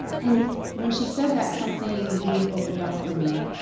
and when she said that something really opened up for me.